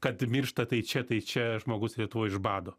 kad miršta tai čia tai čia žmogus lietuvoj iš bado